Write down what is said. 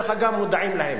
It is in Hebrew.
אגב, מודעים להם